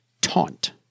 taunt